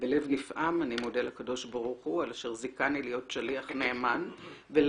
בלב נפעם אני מודה לקדוש ברוך הוא על אשר זיכני להיות שליח נאמן ולהביא